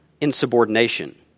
Insubordination